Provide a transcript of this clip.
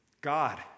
God